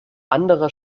anderer